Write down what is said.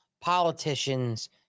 politicians